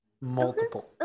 Multiple